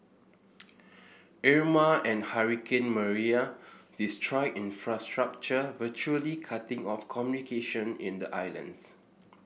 Irma and hurricane Maria destroyed infrastructure virtually cutting off communication in the islands